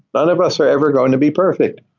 none of us are ever going to be perfect.